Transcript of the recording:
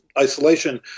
isolation